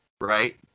right